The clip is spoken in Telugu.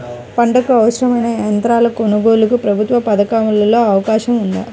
పంటకు అవసరమైన యంత్రాల కొనగోలుకు ప్రభుత్వ పథకాలలో అవకాశం ఉందా?